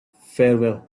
farewell